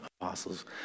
apostles